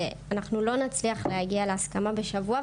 שאנחנו לא נצליח להגיע להסכמה בשבוע,